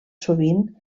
sovint